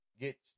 get